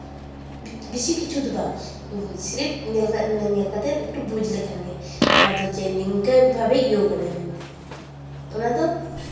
ᱵᱮᱥᱤ ᱠᱤᱪᱷᱩ ᱫᱚ ᱵᱟᱝ ᱥᱨᱤᱯ ᱧᱮᱞ ᱠᱟᱛᱮ ᱢᱟᱱᱮ ᱧᱮᱞ ᱠᱟᱛᱮ ᱮᱠᱴᱩ ᱵᱩᱡ ᱞᱮᱠᱷᱟᱱ ᱜᱮ ᱚᱱᱟ ᱫᱚ ᱡᱮ ᱱᱤᱝᱠᱟᱹ ᱵᱷᱟᱵᱮᱭ ᱤᱭᱟᱹᱣ ᱠᱟᱫᱟ ᱢᱮᱱᱛᱮ ᱚᱱᱟ ᱫᱚ